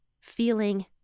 feeling